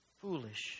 foolish